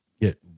get